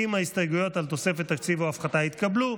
אם ההסתייגויות על תוספת תקציב או הפחתה יתקבלו,